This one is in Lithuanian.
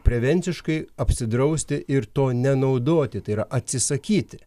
prevenciškai apsidrausti ir to nenaudoti tai yra atsisakyti